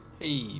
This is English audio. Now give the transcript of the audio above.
Hey